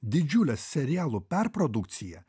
didžiulę serialų perprodukciją